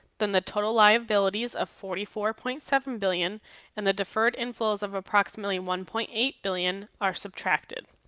then, the total liabilities of forty four point seven billion and the deferred inflows of approximately one point eight billion are subtracted.